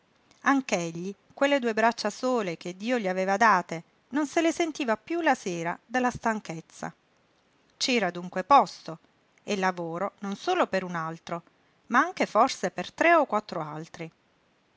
anch'egli quelle due braccia sole che dio gli aveva date non se le sentiva piú la sera dalla stanchezza c'era dunque posto e lavoro non solo per un altro ma anche forse per tre o quattro altri